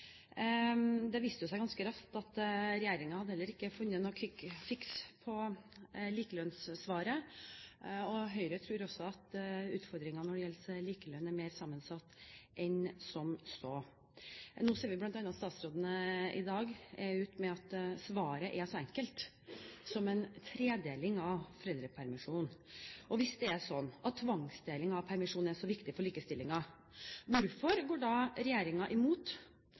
Det viste seg ganske raskt at regjeringen heller ikke hadde funnet noen «quick fix» på likelønn. Høyre tror også at utfordringene når det gjelder likelønn, er mer sammensatte enn som så. Nå ser vi bl.a. at statsråden i dag er ute og sier at svaret er så enkelt som en tredeling av foreldrepermisjonen. Hvis en tvangsdeling av permisjonen er så viktig for likestillingen, hvorfor går da regjeringen imot